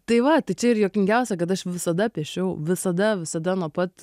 tai va tai čia ir juokingiausia kad aš visada piešiau visada visada nuo pat